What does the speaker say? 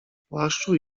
płaszczu